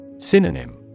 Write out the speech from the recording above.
Synonym